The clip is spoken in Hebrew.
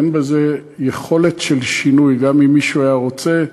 אין בזה יכולת של שינוי, גם אם מישהו היה רוצה,